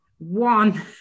one